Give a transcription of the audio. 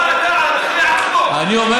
אתה, אתה, מה דעתך האישית?